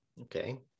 Okay